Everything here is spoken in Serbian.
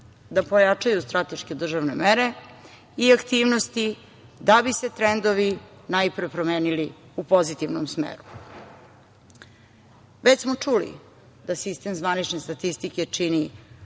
da pojačaju strateške državne mere i aktivnosti, da bi se trendovi najpre promenili u pozitivnom smeru. Već smo čuli da sistem zvanične statistike